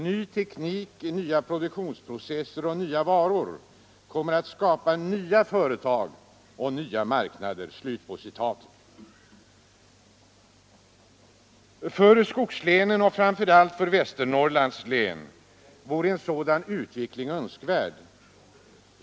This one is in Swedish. Ny teknik, nya produktionsprocesser och nya varor kommer att skapa nya företag och nya marknader.” För skogslänen och framför allt för Västernorrlands län vore en sådan utveckling önskvärd.